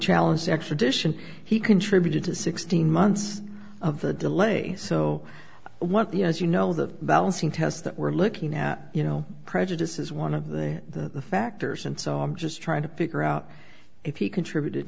challenge sex addiction he contributed to sixteen months of the delay so what the as you know the balancing test that we're looking at you know prejudice is one of the factors and so i'm just trying to figure out if he contributed